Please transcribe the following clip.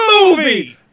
Movie